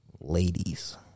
ladies